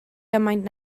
gymaint